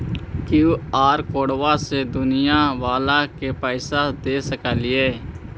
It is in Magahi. कियु.आर कोडबा से दुकनिया बाला के पैसा दे सक्रिय?